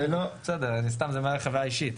בסדר, אני סתם אומר מהחוויה האישית.